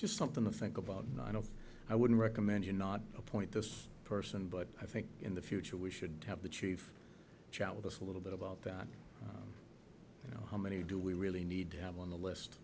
just something to think about and i don't i wouldn't recommend you not appoint this person but i think in the future we should have the chief chat with us a little bit about that you know how many do we really need to have on the list